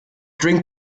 drink